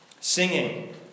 Singing